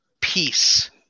peace